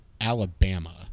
Alabama